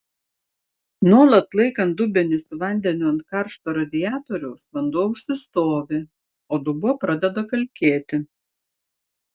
nuolat laikant dubenį su vandeniu ant karšto radiatoriaus vanduo užsistovi o dubuo pradeda kalkėti